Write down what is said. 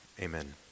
Amen